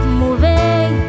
moving